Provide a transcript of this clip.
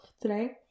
today